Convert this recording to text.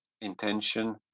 intention